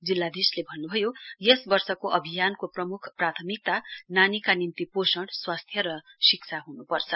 जिल्लाधीशले भन्नुभयो यस वर्षको अभियानको प्रमुख प्रथमिकता नानीका निम्ति पोषण स्वास्थ्य र शिक्षा हुनुपर्छ